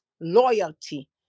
loyalty